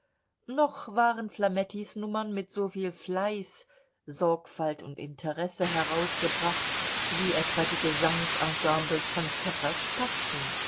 noch waren flamettis nummern mit soviel fleiß sorgfalt und interesse herausgebracht wie etwa die gesangs ensembles von pfäffers spatzen